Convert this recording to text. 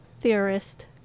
theorist